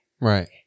Right